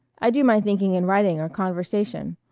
i do my thinking in writing or conversation.